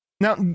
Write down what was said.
now